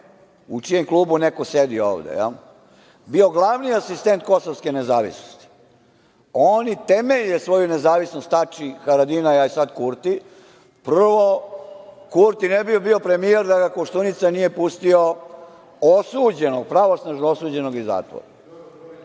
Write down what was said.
u čijem klubu neko sedi ovde, bio glavni asistent kosovske nezavisnosti. Oni temelje svoju nezavisnost, Tači, Haradinaj, a sada i Kurti. Prvo, Kurti ne bi bio premijer da ga Koštunica nije pustio osuđenog, pravosnažno osuđenog iz zatvora.